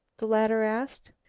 the latter asked.